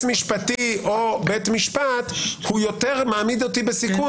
משפטי או בית משפט הוא יותר מעמיד אותי בסיכון